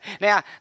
Now